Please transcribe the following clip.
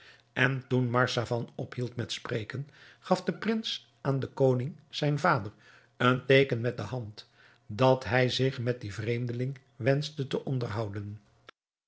en toen marzavan ophield met spreken gaf de prins aan den koning zijn vader een teeken met de hand dat hij zich met dien vreemdeling wenschte te onderhouden